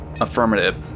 Affirmative